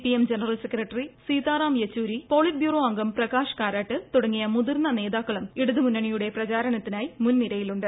PM general secretary Sitaram Yechury politburo അംഗം പ്രകാശ് കാരാട്ട് തുടങ്ങിയ മുതിർന്ന നേതാക്കളും ഇടതുമുന്നണിയുടെ പ്രചാരണത്തിനായി മുൻനിരയിലുണ്ട്